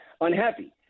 unhappy